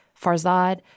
Farzad